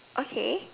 okay